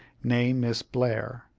nee miss blair,